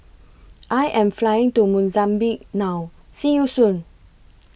I Am Flying to Mozambique now See YOU Soon